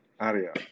area